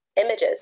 images